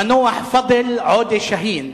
המנוח פאדל עודה שאהין,